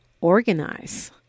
organize